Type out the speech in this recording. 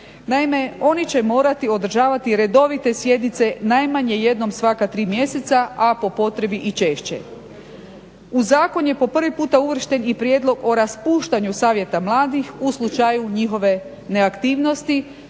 Naime, oni će morati održavati redovite sjednice, najmanje jednom svaka tri mjeseca, a po potrebi i češće. U zakon je po prvi puta uvršten i prijedlog o raspuštanju Savjeta mladih u slučaju njihove neaktivnosti